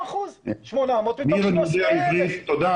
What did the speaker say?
תודה.